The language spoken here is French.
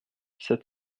sept